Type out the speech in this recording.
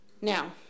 now